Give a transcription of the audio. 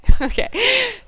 okay